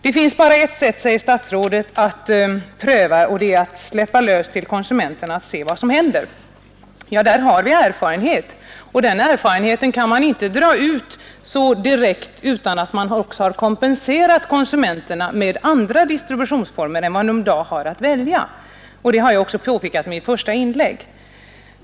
Det finns bara ett sätt att pröva detta, säger statsrådet, och det är att slopa affärstidsregleringen och se vad som händer. Ja, den erfarenheten kan bli alltför dyrbar. Utan att också kompensera konsumenterna med andra distributionsformer än dem de i dag har att välja på kan man inte dra alltför långtgående slutsatser. Det har jag också påpekat i mitt första inlägg.